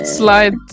Slide